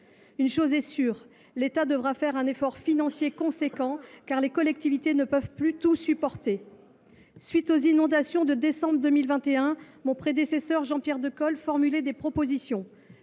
Une chose est sûre : l’État devra fournir un effort financier important, car les collectivités ne peuvent plus tout supporter ! À la suite des inondations de décembre 2021, mon prédécesseur, Jean Pierre Decool, avait formulé des propositions